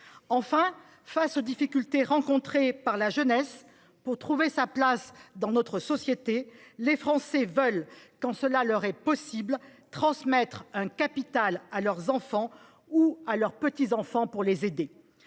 Enfin, face aux difficultés rencontrées par la jeunesse pour trouver sa place dans notre société, les Français veulent, quand cela leur est possible, transmettre un capital à leurs enfants ou à leurs petits enfants pour les aider.